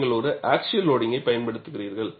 நீங்கள் ஒரு ஆக்ஷியல் லோடிங்கை பயன்படுத்துகிறீர்கள்